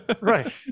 Right